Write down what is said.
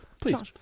please